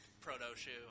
proto-shoe